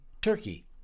Turkey